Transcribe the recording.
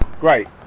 Great